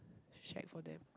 shack for them